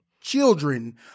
children